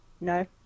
No